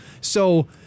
So-